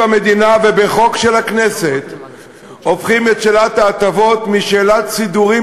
המדינה ובחוק של הכנסת הופכים את שאלת ההטבות משאלת סידורים